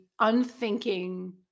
unthinking